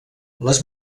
les